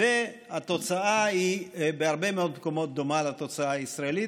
והתוצאה בהרבה מאוד מקומות דומה לתוצאה הישראלית,